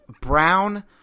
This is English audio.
Brown